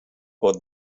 what